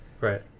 right